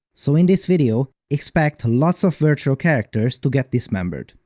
so in this video, expect lots of virtual characters to get dismembered.